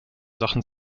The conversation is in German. sachen